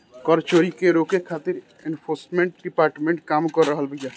कर चोरी के रोके खातिर एनफोर्समेंट डायरेक्टरेट काम कर रहल बिया